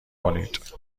کنید